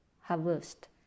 harvest